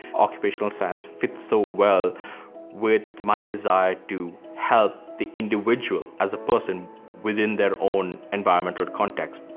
occupational science fits so well with my desire to help the individual as a person within their own environmental context,